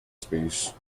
space